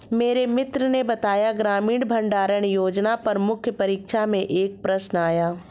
मेरे मित्र ने बताया ग्रामीण भंडारण योजना पर मुख्य परीक्षा में एक प्रश्न आया